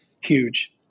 huge